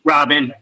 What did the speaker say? Robin